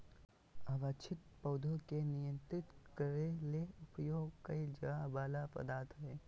अवांछित पौधा के नियंत्रित करे ले उपयोग कइल जा वला पदार्थ हइ